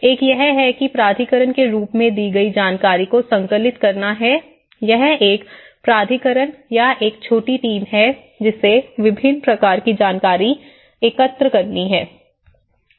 एक यह है कि प्राधिकरण के रूप में दी गई जानकारी को संकलित करना है यह एक प्राधिकरण या एक छोटी टीम है जिसे विभिन्न प्रकार की जानकारी एकत्र करनी है